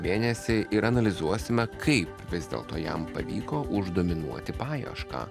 mėnesiai ir analizuosime kaip vis dėlto jam pavyko uždominuoti paiešką